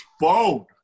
phone